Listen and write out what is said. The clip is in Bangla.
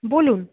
বলুন